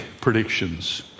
predictions